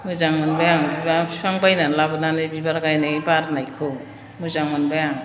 मोजां मोनबाय आं बिफां बायनानै लाबोनानै बिबार गायनाय बारनायखौ मोजां मोनबाय आं